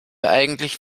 eigentlich